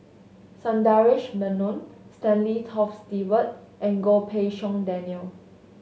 Sundaresh Menon Stanley Toft Stewart and Goh Pei Siong Daniel